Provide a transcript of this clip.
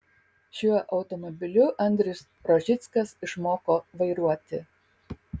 šiuo automobiliu andrius rožickas išmoko vairuoti